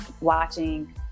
watching